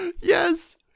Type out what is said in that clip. yes